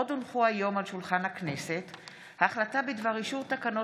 עוד הונחו היום על שולחן הכנסת החלטה בדבר אישור תקנות